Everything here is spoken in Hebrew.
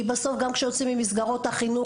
כי בסוף גם כשיוצאים ממסגרות החינוך